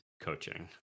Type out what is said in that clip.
coaching